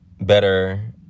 better